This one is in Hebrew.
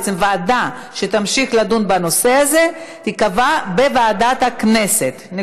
בעצם הוועדה שתמשיך לדון בנושא הזה תיקבע בוועדת הכנסת.